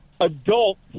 adults